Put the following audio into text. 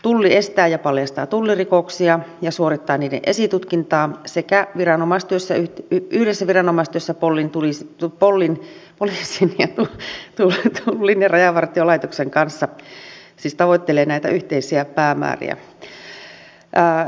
tulli estää ja paljastaa tullirikoksia ja suorittaa niiden esitutkintaa sekä yhdessä viranomaistyössä poliisin tullin ja rajavartiolaitoksen kanssa tavoittelee näitä yhteisiä päämääriä